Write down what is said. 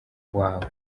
wawe